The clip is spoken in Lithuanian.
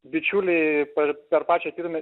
bičiuliai per per pačią pirmę